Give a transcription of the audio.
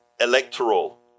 electoral